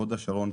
הוד השרון,